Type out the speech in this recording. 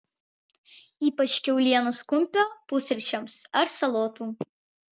ypač kiaulienos kumpio pusryčiams ar salotų